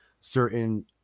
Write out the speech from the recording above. certain